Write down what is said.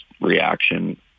reaction